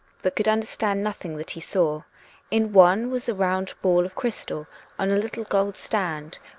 but could under stand nothing that he saw in one was a round ball of crystal on a little gold stand,